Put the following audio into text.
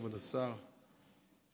כבוד השר,